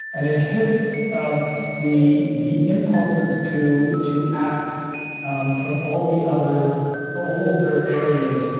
and inhibits um the the impulses to to act um from all the other older areas,